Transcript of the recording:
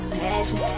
passion